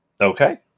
Okay